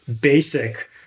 basic